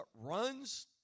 runs